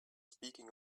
speaking